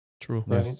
True